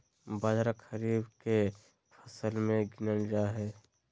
बाजरा खरीफ के फसल मे गीनल जा हइ